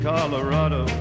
Colorado